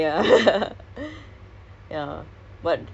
round the clock you have to see their faces I feel you